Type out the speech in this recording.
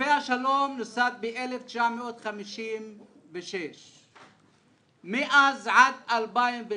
צופי השלום נוסד ב-1956 מאז ועד 2013